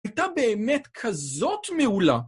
הייתה באמת כזאת מעולה?